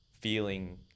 feeling